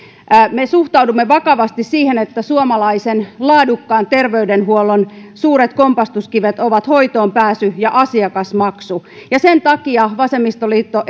me suhtaudumme vakavasti siihen että suomalaisen laadukkaan terveydenhuollon suuret kompastuskivet ovat hoitoonpääsy ja asiakasmaksu ja sen takia vasemmistoliitto